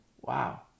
wow